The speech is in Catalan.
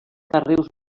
carreus